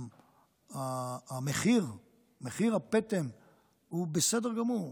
מחיר הפטם הוא בסדר גמור.